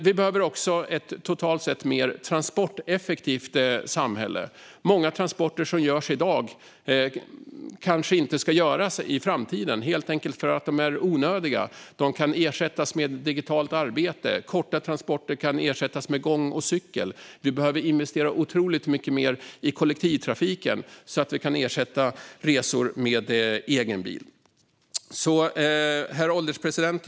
Vi behöver också ett totalt sett mer transporteffektivt samhälle. Många transporter som görs i dag kanske inte ska göras i framtiden eftersom de helt enkelt är onödiga och kan ersättas med digitalt arbete. Korta transporter kan ersättas med gång och cykel. Vi behöver investera otroligt mycket mer i kollektivtrafiken, så att vi kan ersätta resor med egen bil. Herr ålderspresident!